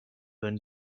than